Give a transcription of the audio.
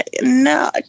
No